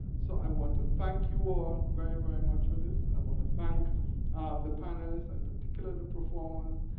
so i want to thank you all very, very much for this. i want to thank the panelists, and particularly the performers,